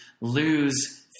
lose